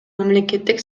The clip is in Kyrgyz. мамлекеттик